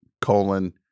Colon